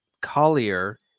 Collier